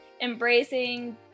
embracing